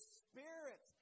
spirit